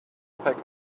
pack